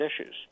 issues